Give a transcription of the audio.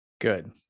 good